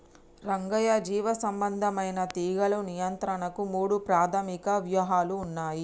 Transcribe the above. రంగయ్య జీవసంబంధమైన తీగలు నియంత్రణకు మూడు ప్రాధమిక వ్యూహాలు ఉన్నయి